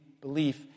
belief